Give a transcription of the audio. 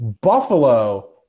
Buffalo